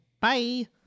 Bye